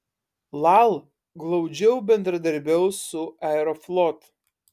lal glaudžiau bendradarbiaus su aeroflot